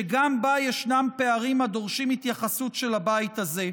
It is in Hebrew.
שגם בה ישנם פערים הדורשים התייחסות של הבית הזה.